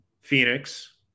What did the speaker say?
Phoenix